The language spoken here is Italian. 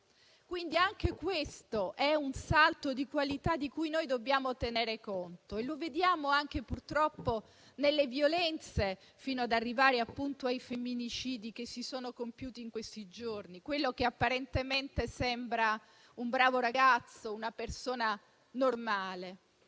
Quindi, anche questo è un salto di qualità di cui dobbiamo tenere conto. E lo vediamo anche purtroppo nelle violenze, fino ad arrivare ai femminicidi che si sono compiuti in questi giorni, di cui può essere autore anche colui che apparentemente sembra un bravo ragazzo, una persona normale.